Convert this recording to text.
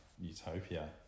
utopia